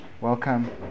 Welcome